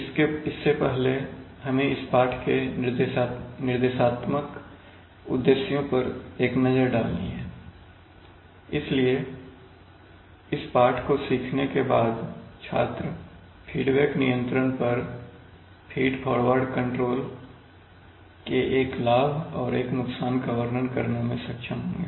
इससे पहले हमें इस पाठ के निर्देशात्मक उद्देश्यों पर एक नज़र डालनी है इस पाठ को सीखने के बाद छात्र फीडबैक नियंत्रण पर फ़ीड फ़ॉरवर्ड कंट्रोल के एक लाभ और एक नुकसान का वर्णन करने में सक्षम होंगे